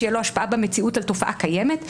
שתהיה לו השפעה במציאות על תופעה קיימת,